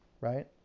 Right